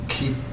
keep